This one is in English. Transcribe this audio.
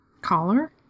Collar